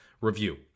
review